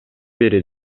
бери